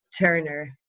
Turner